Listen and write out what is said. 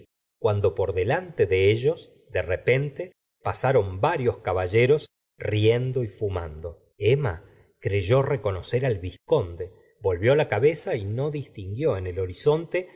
gustavo flaubert delante de ellos de repente pasaron varios caballeros riendo y fumando emma creyó reconocer al vizconde volvió la cabeza y no distinguió en el horizonte